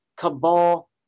cabal